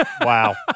Wow